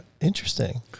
Interesting